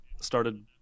started